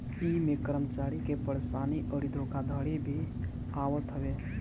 इमें कर्मचारी के परेशानी अउरी धोखाधड़ी भी आवत हवे